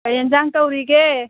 ꯀꯔꯤ ꯌꯦꯟꯁꯥꯡ ꯇꯧꯔꯤꯒꯦ